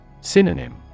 Synonym